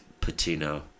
Patino